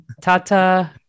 Tata